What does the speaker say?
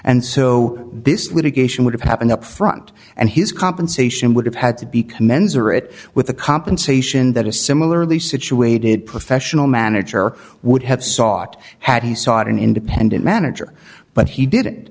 and so this litigation would have happened up front and his compensation would have had to be commensurate with the compensation that a similarly situated professional manager would have sought had he sought an independent manager but he did